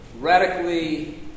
radically